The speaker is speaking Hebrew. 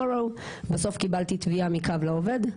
בסוף קיבלתי תביעה מ"קו לעובד".